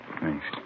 Thanks